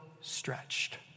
stretched